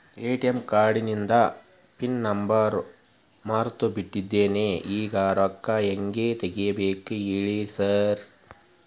ATM ಕಾರ್ಡಿಂದು pin number ಮರ್ತ್ ಬಿಟ್ಟಿದೇನಿ ಈಗ ರೊಕ್ಕಾ ಹೆಂಗ್ ತೆಗೆಬೇಕು ಹೇಳ್ರಿ ಸಾರ್